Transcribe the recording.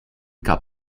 gab